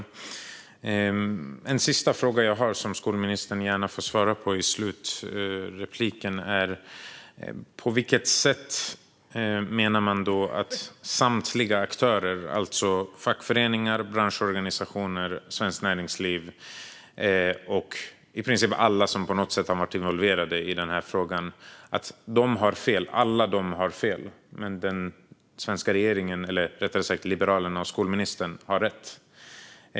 Jag har en sista fråga som skolministern gärna får svara på i slutanförandet: På vilket sätt menar man att samtliga aktörer - alltså fackföreningar, branschorganisationer, Svenskt Näringsliv och i princip alla som på något sätt har varit involverade i denna fråga - har fel? Alla de har fel, men den svenska regeringen - eller rättare sagt Liberalerna och skolministern - har rätt.